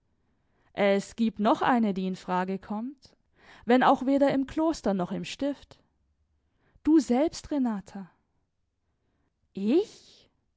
es gibt noch eine die in frage kommt wenn auch weder im kloster noch im stift du selbst renata ich